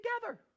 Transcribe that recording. together